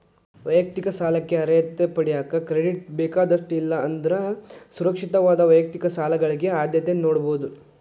ವೈಯಕ್ತಿಕ ಸಾಲಕ್ಕ ಅರ್ಹತೆ ಪಡೆಯಕ ಕ್ರೆಡಿಟ್ ಬೇಕಾದಷ್ಟ ಇಲ್ಲಾ ಅಂದ್ರ ಸುರಕ್ಷಿತವಾದ ವೈಯಕ್ತಿಕ ಸಾಲಗಳಿಗೆ ಆದ್ಯತೆ ನೇಡಬೋದ್